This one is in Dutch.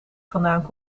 vandaan